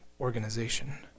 organization